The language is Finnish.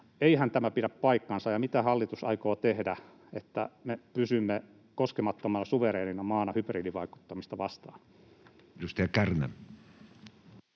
eihän tämä pidä paikkansa, ja mitä hallitus aikoo tehdä, että me pysymme koskemattomana, suvereenina maana hybridivaikuttamista vastaan?